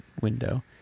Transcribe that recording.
window